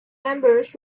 members